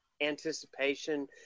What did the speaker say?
anticipation